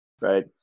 right